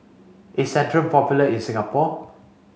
is Centrum popular in Singapore